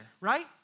right